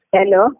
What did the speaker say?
Hello